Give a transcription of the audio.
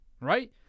right